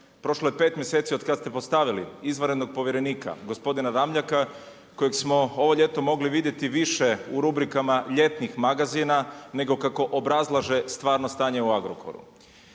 Prošlo je 5 mjeseci od kada ste postavili izvanredno povjerenika gospodina Ramljaka, kojeg smo ovo ljeto mogli vidjeti više u rubrikama ljetnih magazina, nego kako obrazlaže stvarno stanje u Agrokoru.